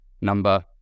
number